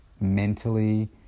mentally